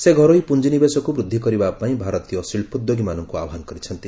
ସେ ଘରୋଇ ପୁଞ୍ଜିନିବେଶକୁ ବୃଦ୍ଧି କରିବା ପାଇଁ ଭାରତୀୟ ଶିଳ୍ପଦ୍ୟୋଗୀମାନଙ୍କୁ ଆହ୍ୱାନ କରିଛନ୍ତି